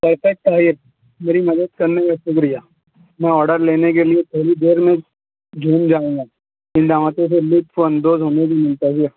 بے شک طاہر میری مدد کرنے کا شکریہ میں آڈر لینے کے لیے تھوڑی دیر میں جھوم جاؤں گا ہاتھوں سے لطف اندوز ہونے کے منتظر